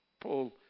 Paul